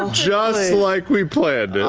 um just like we planned it.